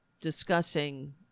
discussing